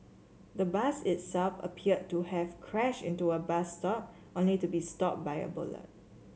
the bus itself appeared to have crash into a bus stop only to be stopped by a bollard